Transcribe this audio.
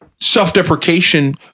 self-deprecation